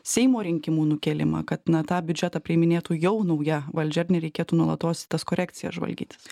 seimo rinkimų nukėlimą kad na tą biudžetą priiminėtų jau nauja valdžia ir nereikėtų nuolatos į tas korekcijas žvalgytis